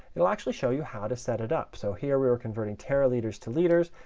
it'll actually show you how to set it up. so here we are converting teraliters to liters,